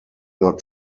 not